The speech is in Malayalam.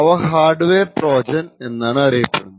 അവ ഹാർഡ് വെയർ ട്രോജൻ എന്നാണ് അറിയപ്പെടുന്നത്